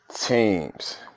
teams